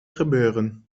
gebeuren